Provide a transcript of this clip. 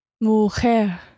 Mujer